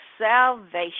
salvation